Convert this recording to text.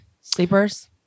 sleepers